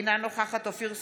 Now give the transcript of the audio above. אינה נוכחת אופיר סופר,